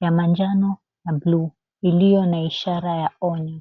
ya manjano na buluu iliyo na ishara ya onyo.